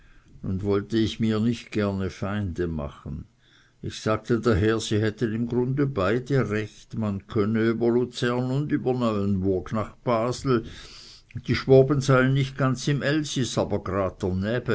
nun wollte ich mir nicht gerne feinde machen ich sagte daher sie hätten im grunde beide recht man könne über luzern und über neuenburg nach basel die schwoben seien nicht ganz im